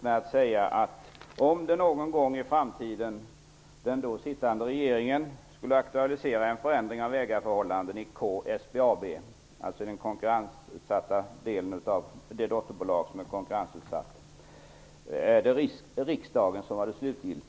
Riksdagen har det slutgiltiga avgörandet om regeringen någon gång i framtiden skulle aktualisera en förändring av ägarförhållandena i K-SBAB, dvs. det dotterbolag som är konkurrensutsatt.